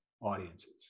audiences